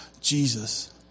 Jesus